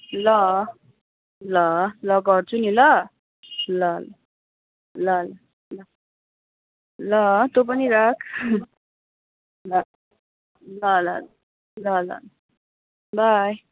ल ल ल गर्छु नि ल ल ल ल ल ल त तँ पनि राख् ल ल ल ल ल बाई